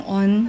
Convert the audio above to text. on